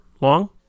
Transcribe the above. long